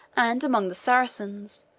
and among the saracens,